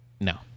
No